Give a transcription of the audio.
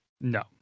no